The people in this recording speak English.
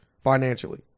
Financially